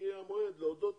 וכשמגיע המועד להודות